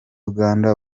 uganda